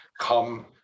come